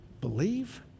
believe